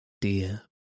dear